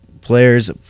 players